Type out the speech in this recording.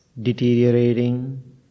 deteriorating